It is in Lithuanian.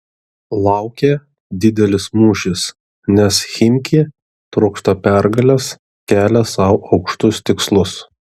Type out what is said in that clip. laukia didelis mūšis nes chimki trokšta pergalės kelia sau aukštus tikslus